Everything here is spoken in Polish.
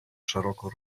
szeroko